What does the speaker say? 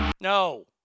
No